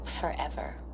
forever